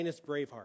Braveheart